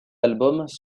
albums